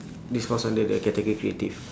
this falls under the category creative